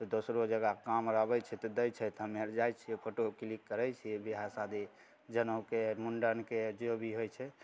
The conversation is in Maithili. तऽ दोसरो जगह काम आर आबै छै तऽ दै छै तऽ आर जाइत छियै फोटो क्लिक करै छियै बिआह शादी जनउके मुंडनकए जो भी होइत छै